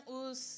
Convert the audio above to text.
os